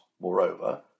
moreover